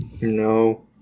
No